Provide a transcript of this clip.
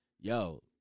yo